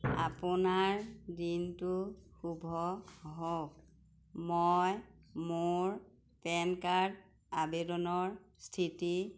আপোনাৰ দিনটো শুভ হওক মই মোৰ পেন কাৰ্ড আবেদনৰ স্থিতি